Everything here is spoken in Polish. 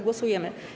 Głosujemy.